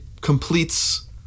completes